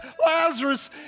Lazarus